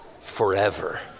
forever